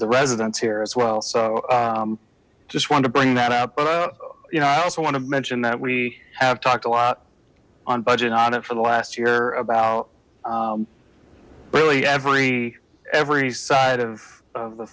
the residents here as well so just want to bring that out but you know i also want to mention that we have talked a lot on budget on it for the last year about really every every side of